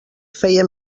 feia